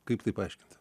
kaip tai paaiškint